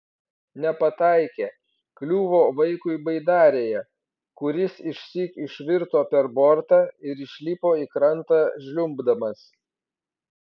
nepataikė kliuvo vaikui baidarėje kuris išsyk išvirto per bortą ir išlipo į krantą žliumbdamas